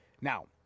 Now